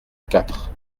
quatre